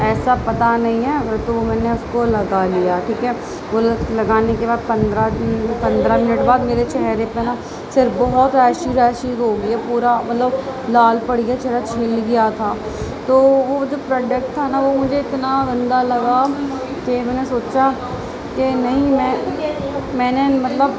ایسا پتہ نہیں ہیں تو وہ میں نے اس کو لگا لیا ٹھیک ہے وہ لگانے کے بعد پندرہ پندرہ منٹ بعد میرے چہرے پہ نا سر بہت ریشیز ریشیز ہو گئی ہے پورا مطلب لال پڑ گیا چہرہ چھل گیا تھا تو وہ جو پروڈکٹ تھا نا وہ مجھے اتنا گندہ لگا کہ میں نے سوچا کہ نہیں میں میں نے مطلب